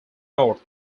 north